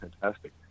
fantastic